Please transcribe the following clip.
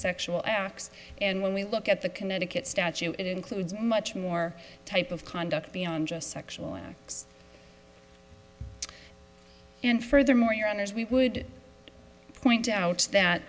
sexual acts and when we look at the connecticut statute it includes much more type of conduct beyond just sexual acts and furthermore your honour's we would point out that